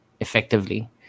effectively